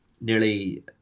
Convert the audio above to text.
nearly